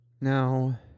Now